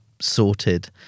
sorted